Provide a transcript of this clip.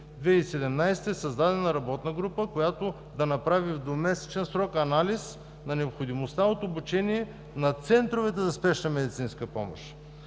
2017 г. е създадена работна група, която в двумесечен срок да направи анализ на необходимостта от обучение на центровете за спешна медицинска помощ.